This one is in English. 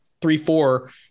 three-four